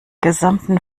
gesamten